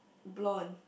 blonde